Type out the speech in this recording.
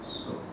so